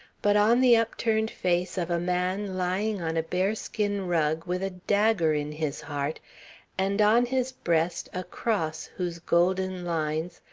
but on the upturned face of a man lying on a bearskin rug with a dagger in his heart and on his breast a cross whose golden lines,